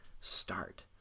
start